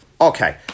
Okay